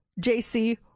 JC